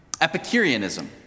Epicureanism